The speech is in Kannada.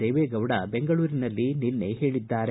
ದೇವೇಗೌಡ ಬೆಂಗಳೂರಿನಲ್ಲಿ ನಿನ್ನೆ ಹೇಳಿದ್ದಾರೆ